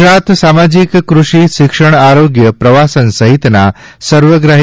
ગુજરાત સામાજિક કૃષિ શિક્ષણ આરોગ્ય પ્રવાસન સહિતના સર્વગ્રાહી